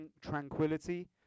tranquility